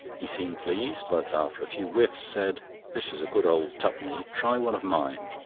he seemed pleased, but, after a few whiffs, said this is a good old tup'ny try one of mine,